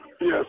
Yes